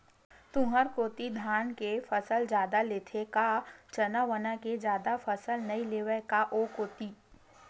तुंहर कोती धाने के फसल जादा लेथे का चना वना के जादा फसल नइ लेवय का ओ कोती?